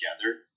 together